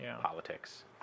politics